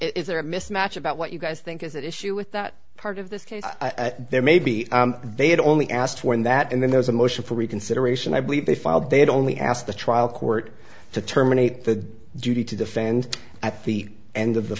is there a mismatch about what you guys think is at issue with that part of this case there maybe they had only asked one that and then there's a motion for reconsideration i believe they filed they had only asked the trial court to terminate the duty to defend at the end of the